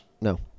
No